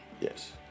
Yes